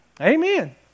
Amen